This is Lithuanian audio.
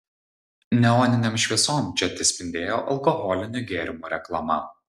neoninėm šviesom čia tespindėjo alkoholinių gėrimų reklama